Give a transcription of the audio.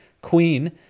Queen